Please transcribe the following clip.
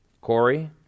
Corey